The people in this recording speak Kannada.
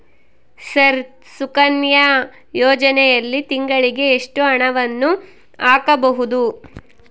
ಸರ್ ಸುಕನ್ಯಾ ಯೋಜನೆಯಲ್ಲಿ ತಿಂಗಳಿಗೆ ಎಷ್ಟು ಹಣವನ್ನು ಹಾಕಬಹುದು?